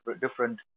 different